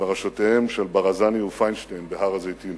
למראשותיהם של ברזני ופיינשטיין, בהר-הזיתים.